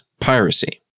piracy